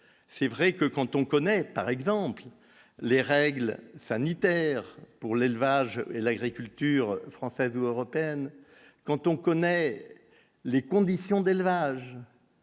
c'est vrai que quand on connaît par exemple les règles sanitaires pour l'élevage et l'agriculture française ou européenne, quand on connaît les conditions d'élevage.